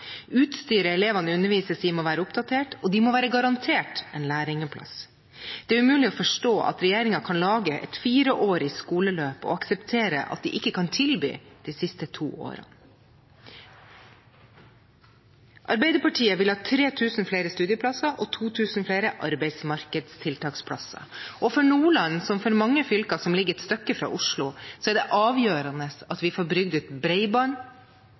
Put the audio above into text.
Utstyret elevene undervises i, må være oppdatert, og de må være garantert en lærlingplass. Det er umulig å forstå at regjeringen kan lage et fireårig skoleløp og akseptere at de ikke kan tilby de siste to årene. Arbeiderpartiet vil ha 3 000 flere studieplasser og 2 000 flere arbeidsmarkedstiltaksplasser. For Nordland, som for mange fylker som ligger et stykke fra Oslo, er det avgjørende at vi får bygd ut